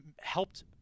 helped